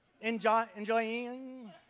Enjoying